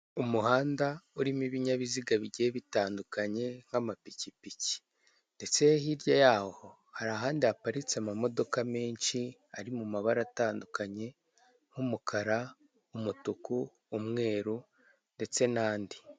Umuhanda urimo ibinyabiziga bigiye bitandukanye nk'amapikipiki ndetse hirya yaho hari ahandi haparitse amamodoka menshi ari mu mabara atandukanye nk'umukara, umutuku, umweru ndetse n'andi.